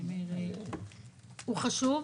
הוא חשוב,